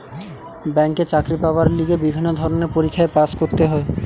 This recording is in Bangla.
ব্যাংকে চাকরি পাবার লিগে বিভিন্ন ধরণের পরীক্ষায় পাস্ করতে হয়